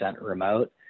remote